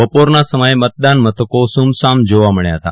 બપોરના સમયે મતદાન મથકો સુમસામ જોવા મળ્યા હતા